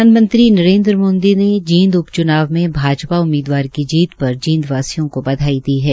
प्रधानमंत्री नरेन्द्र मोदी ने जींद उप चुनाव में भाजपा उम्मीदवार की जीत पर जींद वासियों को बधाई दी है